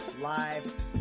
live